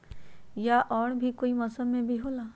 या और भी कोई मौसम मे भी होला?